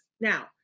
Now